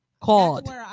Called